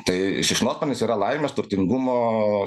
tai šikšnosparnis yra laimės turtingumo